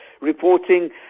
reporting